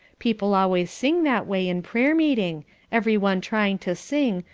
people always sing that way in prayer-meeting, every one trying to sing,